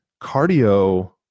cardio